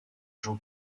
jean